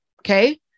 okay